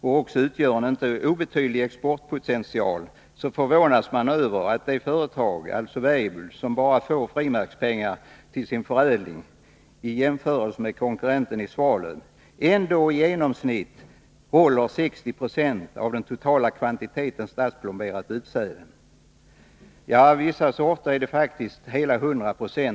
och också utgör en inte obetydlig exportpotential, så förvånas man över att det företag, alltså Weibulls, som bara får ”frimärkspengar” till sin förädling i jämförelse med konkurrenten i Svalöv, ändå i genomsnitt håller 60 96 av den totala kvantiteten stadsplomberat utsäde. Ja, i fråga om vissa sorter är det faktiskt hela 100 26.